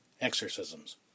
exorcisms